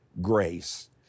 grace